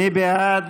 מי בעד?